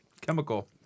Chemical